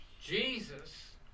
Jesus